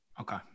Okay